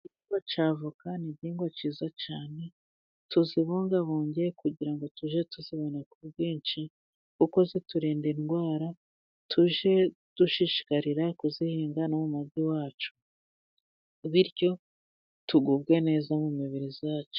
Igihingwa cya avoka, ni igihingwa cyiza cyane, tuzibungabunge kugira ngo tujye tuzibona ku bwinshi, kuko ziturinda indwara, tujye dushishikarira kuzihinga no mu mago iwacu. Bityo tugubwe neza mu mibiri yacu.